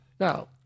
Now